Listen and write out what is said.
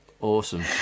Awesome